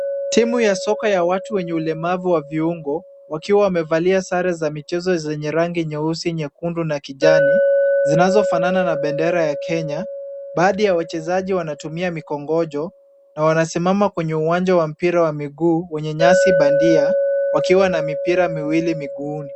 Timu ya soka ya watu wenye ulemavu wa viungo, wakiwa wamevalia sare za michezo zenye rangi nyeusi, nyekundu na kijani, zinazofanana na bendera ya Kenya. Baadhi ya wachezaji wanatumia mikongojo na wanasimama kwenye uwanja wa mpira wa miguu wenye nyasi bandia wakiwa na mipira miwili miguuni.